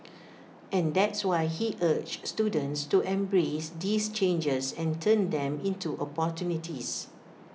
and that's why he urged students to embrace these changes and turn them into opportunities